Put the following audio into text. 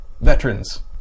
veterans